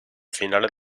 finales